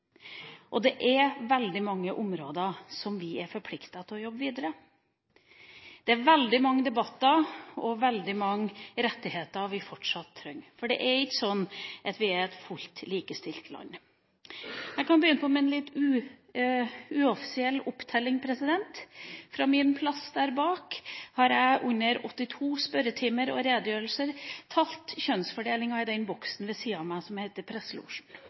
Det er veldig mange områder vi er forpliktet til å arbeide videre med. Det er veldig mange debatter og veldig mange rettigheter vi fortsatt trenger. Vi er ikke et fullt ut likestilt land. Jeg kan begynne med en litt uoffisiell opptelling: Fra min plass der bak har jeg under 82 spørretimer og redegjørelser telt kjønnsfordelinga i den boksen ved sida av meg som heter